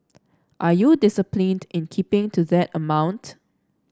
are you disciplined in keeping to that amount